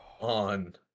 on